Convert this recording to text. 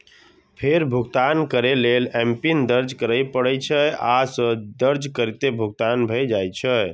फेर भुगतान करै लेल एमपिन दर्ज करय पड़ै छै, आ से दर्ज करिते भुगतान भए जाइ छै